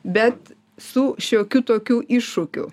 bet su šiokiu tokiu iššūkiu